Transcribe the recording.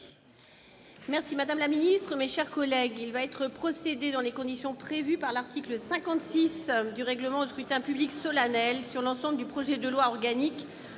territoriales d'outre-mer. Mes chers collègues, il va être procédé dans les conditions prévues par l'article 56 du règlement au scrutin public solennel sur l'ensemble du projet de loi organique